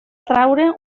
traure